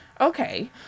Okay